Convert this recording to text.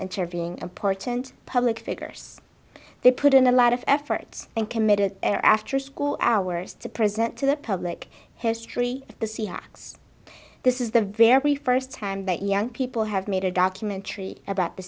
interviewing important public figures they put in a lot of effort and committed and after school hours to present to the public history the c x this is the very first time that young people have made a documentary about the